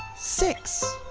six!